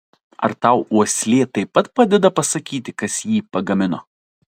ar tau uoslė taip pat padeda pasakyti kas jį pagamino